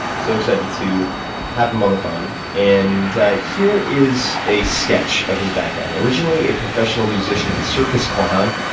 so excited to have him on the phone, and here is a sketch of his background. originally a professional musician and circus clown,